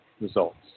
results